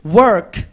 work